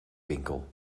winkel